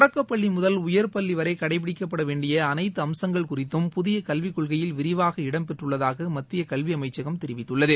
தொடக்கப்பள்ளி முதல் உயர் பள்ளி வரை கடைப்பிடிக்கப்பட வேண்டிய அனைத்து அம்சங்கள் குறித்தும் புதிய கல்வி கொள்கையில் விரிவாக இடம்பெற்றுள்ளதாக மத்திய கல்வித்துறை அமைச்சகம் தெரிவித்துள்ளது